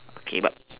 okay but